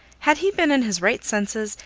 had he been in his right senses,